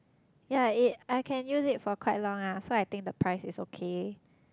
yea it I can use it for quite long lah so I think the price is okay